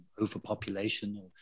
overpopulation